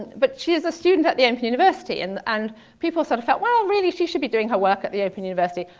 but she is a student at the um open university and and people sort of felt well really she should be doing her work at the open university.